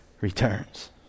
returns